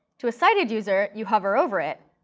to a sighted user, you hover over it.